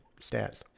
stats